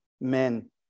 men